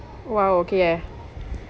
!wow! okay ya